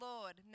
Lord